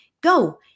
go